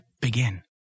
Begin